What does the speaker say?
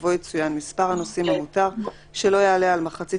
ובו יצוין מספר הנוסעים המותר שלא יעלה על מחצית